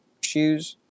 shoes